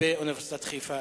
באוניברסיטת חיפה.